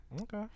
Okay